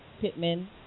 Pittman